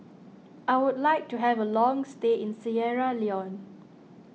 I would like to have a long stay in Sierra Leone